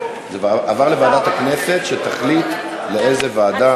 זה עבר לוועדת הכנסת, שתחליט לאיזו ועדה.